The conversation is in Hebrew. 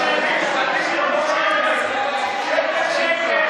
אם הצהרת האמונים שלהם לא תופסת,